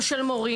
גם של מורים,